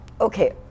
Okay